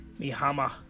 Mihama